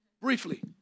Briefly